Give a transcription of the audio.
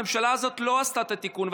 הממשלה הזאת לא עשתה את התיקון,